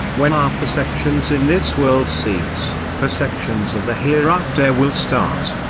when our perceptions in this world cease, perceptions of the hereafter will start,